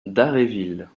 dharréville